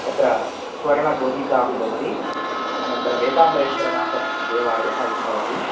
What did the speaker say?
तत्र स्वर्णगोधिकापि भवति अनन्तरमेकाम्बरेश्वरनाथदेवालयः इति भवति